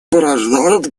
порождает